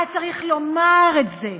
היה צריך לומר את זה.